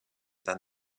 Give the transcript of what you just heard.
than